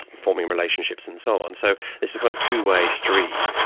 forming relationships and so on. so it's a kind of two-way street,